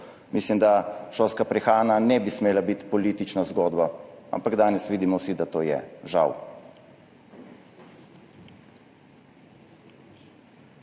Mislim, da šolska prehrana ne bi smela biti politična zgodba, ampak danes vidimo vsi, da to je, žal.